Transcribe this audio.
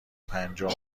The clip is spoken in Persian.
پنجاه